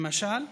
למשל,